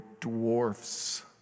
dwarfs